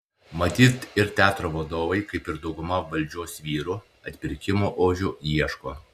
matyt ir teatro vadovai kaip ir dauguma valdžios vyrų atpirkimo ožių ieško